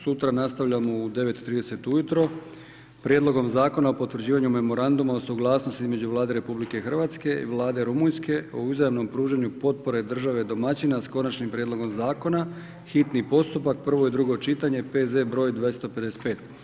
Sutra nastavljamo u 9,30 ujutro Prijedlogom zakona o potvrđivanju Memoranduma o suglasnosti između Vlade RH i Vlade Rumunjske o uzajamnom pružanju potpore države domaćina s konačnim prijedlogom zakona, hitni postupak, prvo i drugo čitanje, P.Z. br. 255.